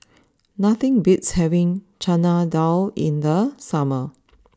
nothing beats having Chana Dal in the summer